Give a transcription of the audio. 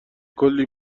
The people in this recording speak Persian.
کلی